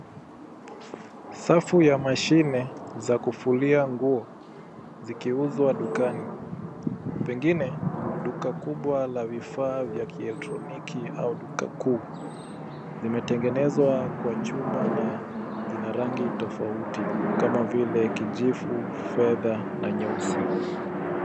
Safu ya mashine za kufulia nguo zikiuzwa dukani pengine duka kubwa la vifaa vya kielektroniki au duka kuu. Limetengenezwa kwa chuma na zina rangi tofauti kama vile kijivu, fedha na nyeusi.